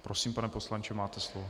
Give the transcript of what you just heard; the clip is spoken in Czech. Prosím, pane poslanče, máte slovo.